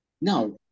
now